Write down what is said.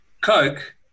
Coke